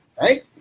right